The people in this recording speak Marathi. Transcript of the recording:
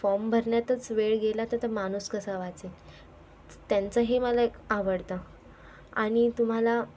फॉम भरण्यातच वेळ गेला तर तो माणूस कसा वाचेल त्यांचं हे मला एक आवडतं आणि तुम्हाला